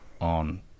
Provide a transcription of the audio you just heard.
on